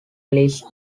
release